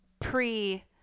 pre